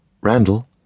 Randall